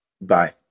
bye